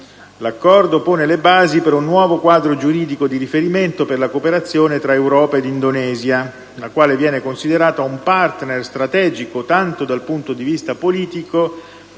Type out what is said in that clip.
L'Accordo pone le basi per un nuovo quadro giuridico di riferimento per la cooperazione tra Europa ed Indonesia, la quale viene considerata un *partner* strategico tanto dal punto di vista politico